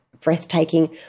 breathtaking